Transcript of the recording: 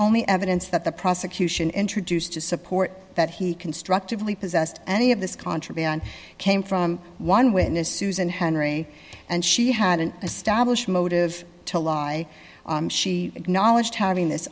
only evidence that the prosecution introduced to support that he constructively possessed any of this contraband came from one witness susan henry and she had an established motive to lie she acknowledged having this